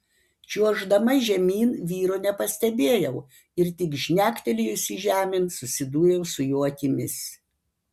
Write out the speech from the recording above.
čiuoždama žemyn vyro nepastebėjau ir tik žnektelėjusi žemėn susidūriau su jo akimis